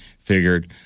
Figured